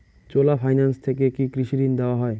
চোলা finance থেকে কি কৃষি ঋণ দেওয়া হয়?